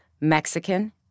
Mexican